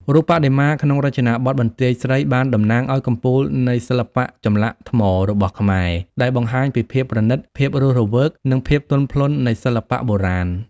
រូបបដិមាក្នុងរចនាបថបន្ទាយស្រីបានតំណាងឱ្យ កំពូលនៃសិល្បៈចម្លាក់ថ្ម របស់ខ្មែរ ដែលបង្ហាញពីភាពប្រណិត ភាពរស់រវើក និងភាពទន់ភ្លន់នៃសិល្បៈបុរាណ។